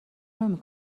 نمی